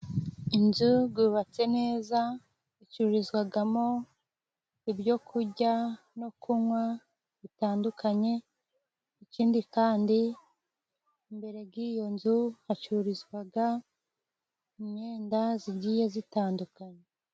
Inzu yubatse neza icururizwamo ibyo kurya no kunywa bitandukanye ikindi kandi mbere y'iyo nzu hacururizwa imyenda igiye itandukanye.